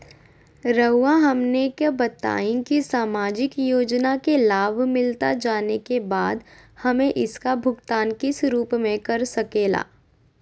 रहुआ हमने का बताएं की समाजिक योजना का लाभ मिलता जाने के बाद हमें इसका भुगतान किस रूप में कर सके ला?